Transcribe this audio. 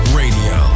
radio